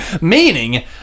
Meaning